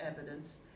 evidence